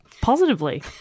positively